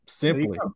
Simply